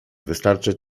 wystarczy